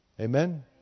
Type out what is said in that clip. Amen